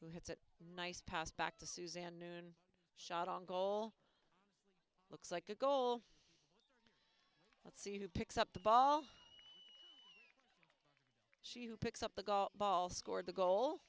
that nice pass back to suzanne noon shot on goal looks like a goal let's see who picks up the ball she who picks up a golf ball scored the goal